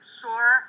sure